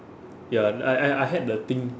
ya I I I had the thing